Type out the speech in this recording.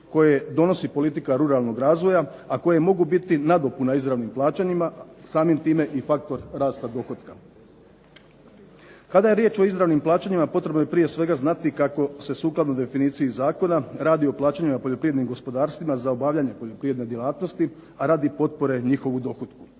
koje donosi politika ruralnog razvoja, a koje mogu biti nadopuna izravnim plaćanjima, a samim time i faktor rasta dohotka. Kada je riječ o izravnim plaćanjima potrebno je prije svega znati kako se sukladno definiciji zakona radi o plaćanju na poljoprivrednim gospodarstvima za obavljanje poljoprivredne djelatnosti, a radi potpore njihovu dohotku.